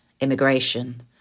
immigration